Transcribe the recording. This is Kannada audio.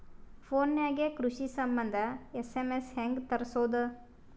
ಫೊನ್ ನಾಗೆ ಕೃಷಿ ಸಂಬಂಧ ಎಸ್.ಎಮ್.ಎಸ್ ಹೆಂಗ ತರಸೊದ?